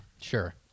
Sure